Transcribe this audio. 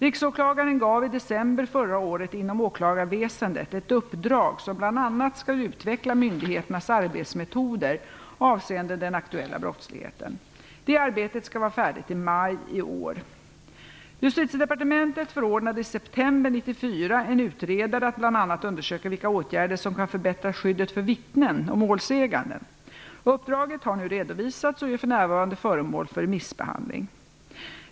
Riksåklagaren gav i december förra året inom åklagarväsendet ett uppdrag som bl.a. skall utveckla myndigheternas arbetsmetoder avseende den aktuella brottsligheten. Det arbetet skall vara färdigt i maj i år. en utredare att bl.a. undersöka vilka åtgärder som kan förbättra skyddet för vittnen och målsägande. Uppdraget har nu redovisats och är för närvarande föremål för remissbehandling.